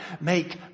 make